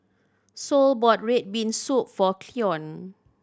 Sol bought red bean soup for Cleon